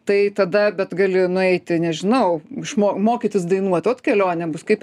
tai tada bet gali nueiti nežinau išmo mokytis dainuot ot kelionė bus kaip